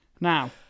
Now